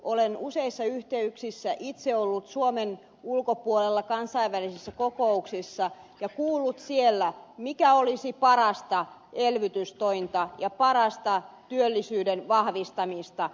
olen useissa yhteyksissä itse ollut suomen ulkopuolella kansainvälisissä kokouksissa ja kuullut siellä mikä olisi parasta elvytystointa ja parasta työllisyyden vahvistamista